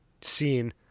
scene